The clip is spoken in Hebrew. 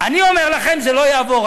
אני אומר לכם, זה לא יעבור.